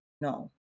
no